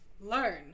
learn